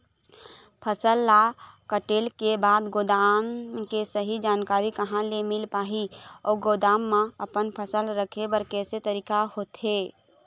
फसल ला कटेल के बाद गोदाम के सही जानकारी कहा ले मील पाही अउ गोदाम मा अपन फसल रखे बर कैसे तरीका होथे?